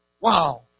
Wow